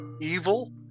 evil